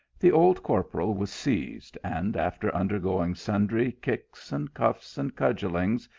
the old corporal was seized, and after undergoing sundry kicks and cuffs, and cudgellings,